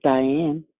Diane